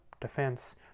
defense